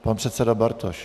Pan předseda Bartoš.